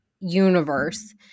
universe